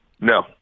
No